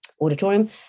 auditorium